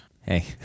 Hey